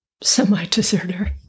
semi-deserter